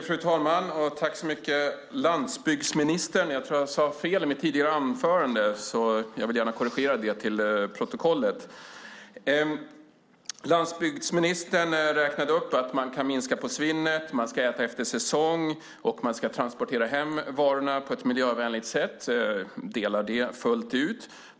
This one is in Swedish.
Fru talman! Tack, landsbygdsministern! Jag tror att jag sade fel i mitt tidigare anförande, så jag vill gärna korrigera det för protokollet. Landsbygdsministern räknade upp att man skulle minska svinnet, äta efter säsong och transportera hem varorna på ett miljövänligt sätt. Jag håller fullt ut med om det.